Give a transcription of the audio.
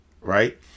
Right